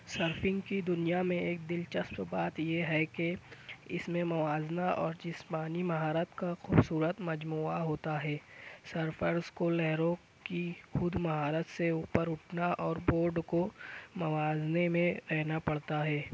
surfing کی دنیا میں ایک دلچسپ بات یہ ہے کہ اس میں موازنہ اور جسمانی مہارت کا خوبصورت مجموعہ ہوتا ہے سرپرس کو لہروں کی خود مہارت سے اوپر اٹھنا اور بورڈ کو موازنے میں رہنا پڑتا ہے